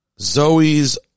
Zoe's